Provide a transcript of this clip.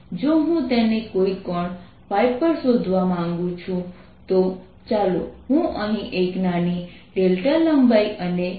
જો હું તેને કોઈ કોણ પર શોધવા માંગુ છું તો ચાલો હું અહીં એક નાની δ લંબાઈ અને ક્ષેત્ર a નો એક બોક્સ લઉં